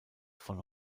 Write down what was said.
von